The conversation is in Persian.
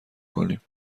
کنیم